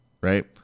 right